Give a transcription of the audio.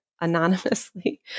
anonymously